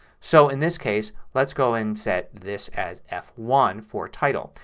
so in this case let's go and set this as f one for title.